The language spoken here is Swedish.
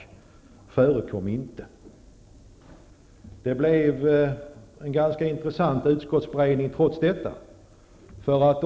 Trots detta blev det ändå en ganska intressant utskottsberedning.